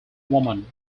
woman